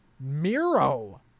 Miro